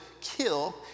kill